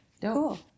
Cool